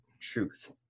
truth